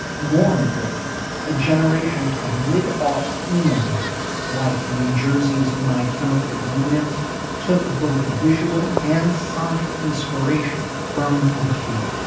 more important a generation of mid aughts emo bands like new jersey's my chemical romance took both visual and sonic inspiration from the cure.